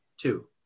Two